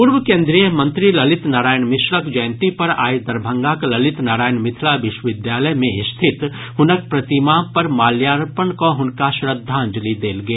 पूर्व केंद्रीय मंत्री ललित नारायणक मिश्रक जयंती पर आइ दरभंगाक ललित नारायण मिथिला विश्वविद्यालय मे स्थित हुनक प्रतिमा पर माल्यार्पण कऽ हुनका श्रद्दाजंलि देल गेल